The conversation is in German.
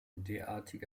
derartige